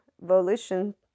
volition